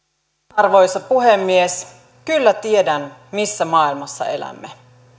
arvoisa puhemies kyllä tiedän missä maailmassa elämme